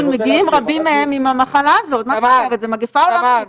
מגיעים רבים מהם עם המחלה הזאת - זו מגפה עולמית.